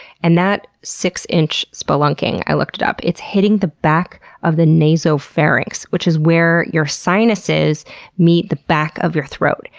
and that six inch spelunking i looked it up it's hitting the back of the nasopharynx, which is where your sinuses meet the back of your throat,